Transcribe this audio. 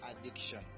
addiction